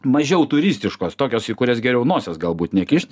mažiau turistiškos tokios į kurias geriau nosies galbūt nekišt